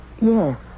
Yes